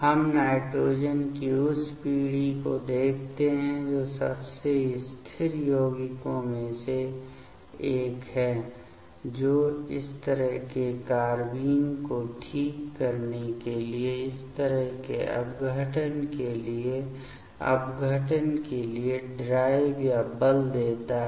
हम नाइट्रोजन की उस पीढ़ी को देखते हैं जो सबसे स्थिर यौगिकों में से एक है जो इस तरह के कार्बेन को ठीक करने के लिए इस तरह के अपघटन के लिए अपघटन के लिए ड्राइव या बल देता है